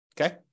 Okay